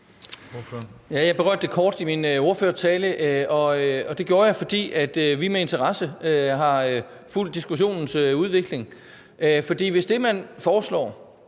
Jeg berørte det kort i min ordførertale, og det gjorde jeg, fordi vi med interesse har fulgt diskussionens udvikling. Hvis det, man foreslår